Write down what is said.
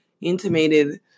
intimated